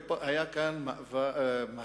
היה כאן מהלך